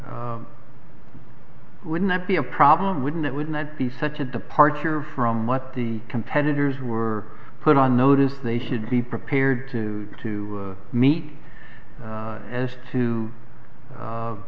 l m wouldn't that be a problem wouldn't it wouldn't it be such a departure from what the competitors were put on notice they should be prepared to to meet as to